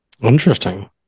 Interesting